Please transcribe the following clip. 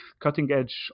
cutting-edge